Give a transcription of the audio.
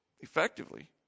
effectively